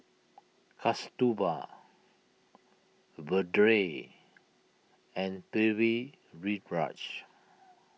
Kasturba Vedre and Pritiviraj